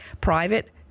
private